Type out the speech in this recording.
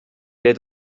der